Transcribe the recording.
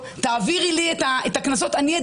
הם לא יכולים לשים את זה כי יש להם התקף אפילפטי,